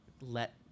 let